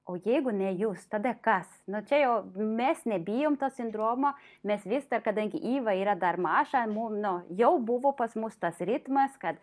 o jeigu ne jūs tada kas nu čia jau mes nebijom to sindromo mes viską kadangi iva yra dar maža mum nu jau buvo pas mus tas ritmas kad